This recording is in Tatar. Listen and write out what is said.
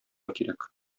кирәк